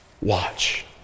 watch